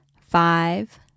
five